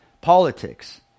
politics